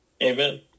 Amen